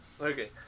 Okay